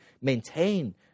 maintain